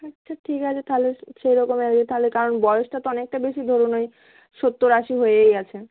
আচ্ছা ঠিক আছে তাহলে সেরকম তাহলে কারণ বয়সটা তো অনেকটা বেশি ধরুন ওই সত্তর আশি হয়েই গেছে